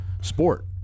sport